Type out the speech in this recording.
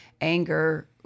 anger